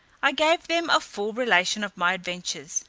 i gave them a full relation of my adventures,